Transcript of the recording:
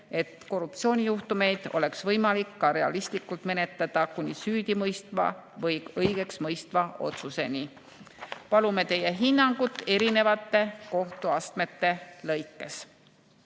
et korruptsioonijuhtumeid oleks võimalik ka realistlikult menetleda kuni süüdimõistva või õigeksmõistva otsuseni. Palume teie hinnangut erinevate kohtuastmete lõikes.